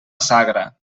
sagra